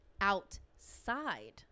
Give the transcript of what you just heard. outside